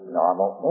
normal